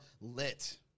lit